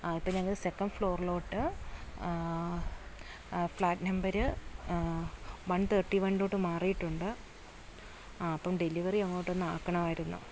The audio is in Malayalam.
ആ ഇപ്പം ഞങ്ങള് സെക്കണ്ട് ഫ്ലോറിലോട്ട് ഫ്ലാറ്റ് നമ്പര് വൺ തേർട്ടി വണ്ണിലോട്ട് മാറിയുട്ടുണ്ട് ആ അപ്പം ഡെലിവറി അങ്ങോട്ട് ഒന്ന് ആക്കണമായിരുന്നു